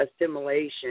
assimilation